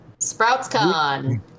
Sproutscon